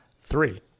three